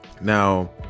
now